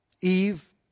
Eve